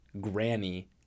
granny